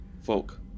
Folk